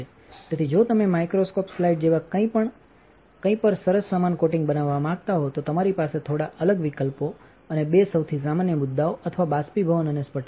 તેથી જો તમે માઇક્રોસ્કોપ સ્લાઇડ જેવા કંઈક પર સરસ સમાન કોટિંગ બનાવવા માંગતા હો તો તમારી પાસે થોડા અલગ વિકલ્પો અને બે સૌથી સામાન્ય મુદ્દાઓ અથવા બાષ્પીભવન અને સ્પટરિંગ છે